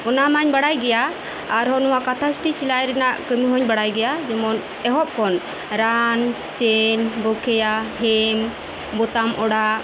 ᱚᱱᱟᱢᱟᱧ ᱵᱟᱲᱟᱭ ᱜᱮᱭᱟ ᱟᱨᱦᱚᱸ ᱱᱚᱣᱟ ᱠᱟᱛᱷᱟᱥᱴᱤᱪ ᱥᱮᱞᱟᱭ ᱨᱮᱱᱟᱜ ᱠᱟᱹᱢᱤᱦᱚᱧ ᱵᱟᱲᱟᱭ ᱜᱮᱭᱟ ᱡᱮᱢᱚᱱ ᱮᱦᱚᱵ ᱠᱷᱚᱱ ᱨᱟᱱ ᱪᱮᱱ ᱵᱚᱠᱮᱭᱟ ᱦᱮᱢ ᱵᱚᱛᱟᱢ ᱚᱲᱟᱜ